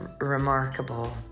remarkable